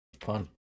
Fun